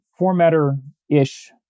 formatter-ish